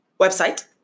website